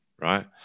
right